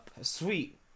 sweet